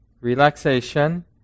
Relaxation